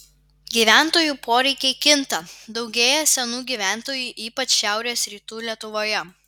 gyventojų poreikiai kinta daugėja senų gyventojų ypač šiaurės rytų lietuvoje